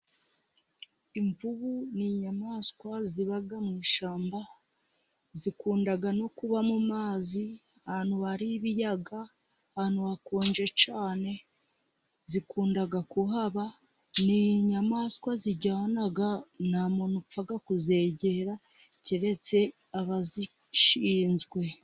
Imvubu ni inyamaswa ziba mu ishyamba, zikunda no kuba mu mazi ahantu hari ibiyaga ahantu hakonje cyane zikunda kuhaba, n'inyamaswa ziryana nta muntu upfa kuzegera keretse abazishinzwe.